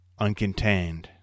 uncontained